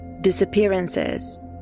disappearances